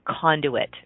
conduit